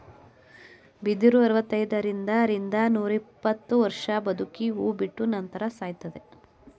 ಬಿದಿರು ಅರವೃತೈದರಿಂದ ರಿಂದ ನೂರಿಪ್ಪತ್ತು ವರ್ಷ ಬದುಕಿ ಹೂ ಬಿಟ್ಟ ನಂತರ ಸಾಯುತ್ತದೆ